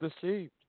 deceived